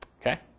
Okay